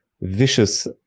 vicious